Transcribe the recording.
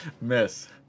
Miss